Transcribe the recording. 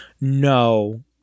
No